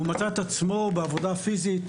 והוא מצא את עצמו בעבודה פיזית,